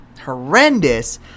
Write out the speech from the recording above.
horrendous